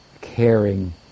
caring